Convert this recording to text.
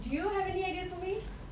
do you have any ideas for me